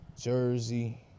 Jersey